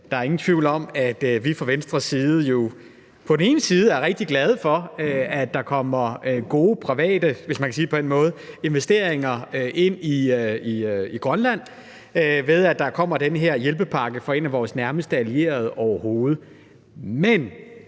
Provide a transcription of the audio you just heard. Der er ingen tvivl om, at vi fra Venstres side jo på den ene side er rigtig glade for, at der kommer gode private – hvis man kan sige det på den måde – investeringer i Grønland, ved at der kommer den her hjælpepakke fra en af vores nærmeste allierede overhovedet, men